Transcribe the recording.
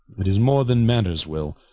tis more then manners will